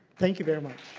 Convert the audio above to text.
thank you very much.